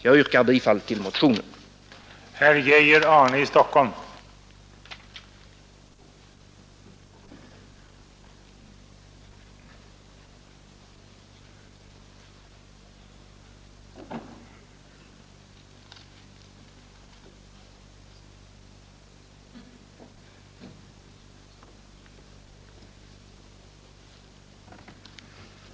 Jag yrkar bifall till motionen 1519.